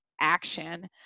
action